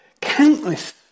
Countless